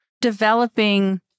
Developing